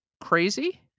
crazy